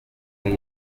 blog